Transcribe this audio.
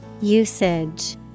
Usage